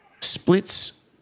splits